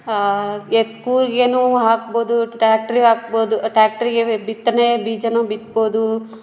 ಎತ್ತು ಕೂರಿಗೇನು ಹಾಕ್ಬೋದು ಟ್ಯಾಕ್ಟ್ರಿಗೆ ಹಾಕ್ಬೋದು ಟ್ಯಾಕ್ಟ್ರಿಗೆ ಬಿತ್ತನೆ ಬೀಜವೂ ಬಿತ್ಬೋದು